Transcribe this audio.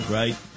right